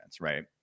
right